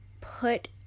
put